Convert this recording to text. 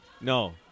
No